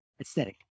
aesthetic